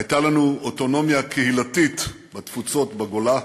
הייתה לנו אוטונומיה קהילתית בתפוצות, בגולה,